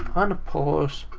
unpause.